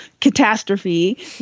catastrophe